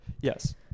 Yes